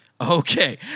Okay